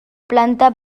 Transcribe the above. planta